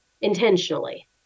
intentionally